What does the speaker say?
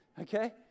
okay